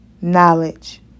knowledge